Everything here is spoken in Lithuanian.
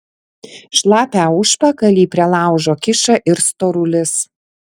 šlapią užpakalį prie laužo kiša ir storulis